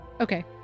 Okay